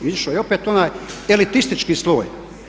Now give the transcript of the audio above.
Izišao je opet onaj elitistički sloj.